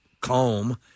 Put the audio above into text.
Comb